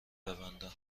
ببندم